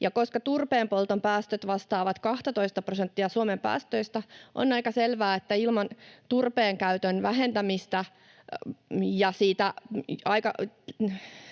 ja koska turpeen polton päästöt vastaavat 12:ta prosenttia Suomen päästöistä, on aika selvää, että ilman turpeen käytön vähentämistä ja